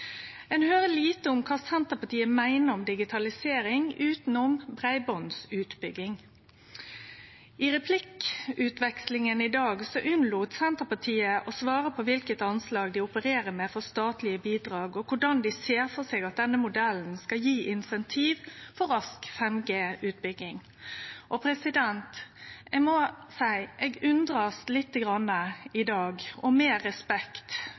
Ein høyrer lite om kva Senterpartiet meiner om digitalisering utover breibandsutbygging. I replikkordskiftet i dag lét Senterpartiet vere å svare på kva for overslag dei opererer med for statlege bidrag, og korleis dei ser for seg at denne modellen skal gje insentiv for rask 5G-utbygging. Med respekt må eg seie at eg